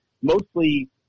mostly